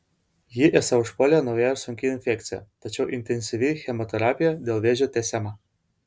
jį esą užpuolė nauja ir sunki infekcija tačiau intensyvi chemoterapija dėl vėžio tęsiama